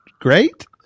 great